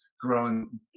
grown